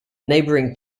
neighboring